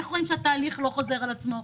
איך רואים שהתהליך לא חוזר על עצמו.